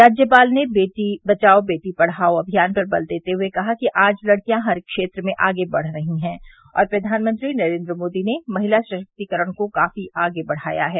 राज्यपाल ने बेटी बचाओ बेटी पढ़ाओ अभियान पर बल देते हुए कहा कि आज लड़किया हर क्षेत्र में आगे बढ़ रही है और प्रधानमंत्री नरेन्द्र मोदी ने महिला सशक्तिकरण को काफी आगे बढ़ाया है